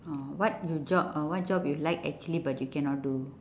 oh what you job uh what job you like actually but you cannot do